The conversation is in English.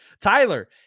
Tyler